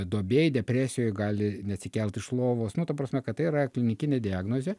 duobėj depresijoj gali neatsikelt iš lovos nu ta prasme kad tai yra klinikinė diagnozė